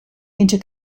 into